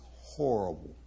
horrible